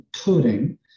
coding